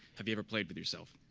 have you ever played with yourself?